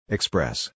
Express